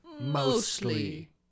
mostly